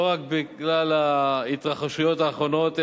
לא רק בגלל ההתרחשויות האחרונות,